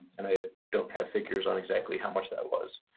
and i don't have figures on exactly how much that was.